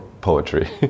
poetry